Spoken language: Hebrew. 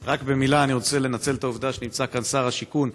רק במילה: אני רוצה לנצל את העובדה שנמצא כאן שר השיכון,